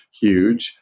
huge